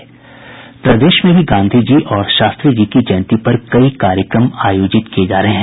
प्रदेश में भी गांधीजी और शास्त्री जी की जयंती पर कई कार्यक्रम आयोजित किये जा रहे हैं